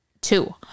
two